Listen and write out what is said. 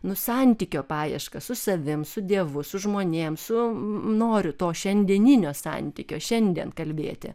nu santykio paieškas su savimi su dievu su žmonėm su noriu to šiandieninio santykio šiandien kalbėti